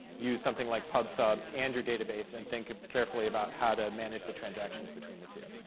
use something like pub sub and your database and think carefully about how to manage the transactions between the two.